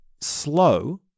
slow